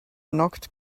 knocked